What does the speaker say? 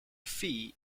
fee